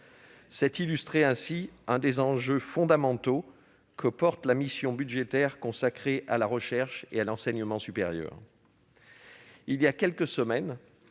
trouve illustré l'un des enjeux fondamentaux de la mission budgétaire consacrée à la recherche et à l'enseignement supérieur. Il y a quelques semaines,